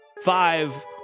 Five